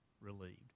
relieved